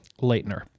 Leitner